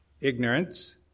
ignorance